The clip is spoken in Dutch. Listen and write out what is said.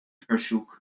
verzoek